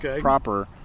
proper